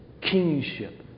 kingship